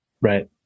Right